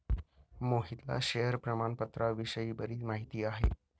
मोहितला शेअर प्रामाणपत्राविषयी बरीच माहिती आहे